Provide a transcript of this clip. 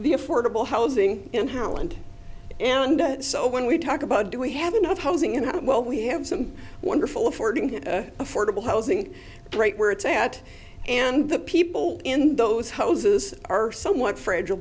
the affordable housing and howland and so when we talk about do we have enough housing and how well we have some wonderful affording affordable housing right where it's at and the people in those houses are somewhat fragile